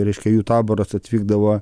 reiškia jų taboras atvykdavo